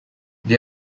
they